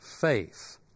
faith